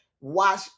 watch